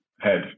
head